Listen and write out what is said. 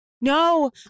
no